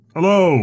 Hello